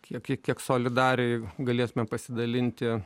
kie kiek solidariai galėsime pasidalinti